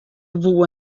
woe